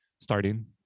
starting